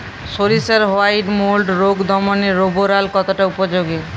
সরিষার white mould রোগ দমনে রোভরাল কতটা উপযোগী?